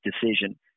decision